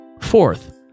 Fourth